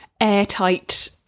airtight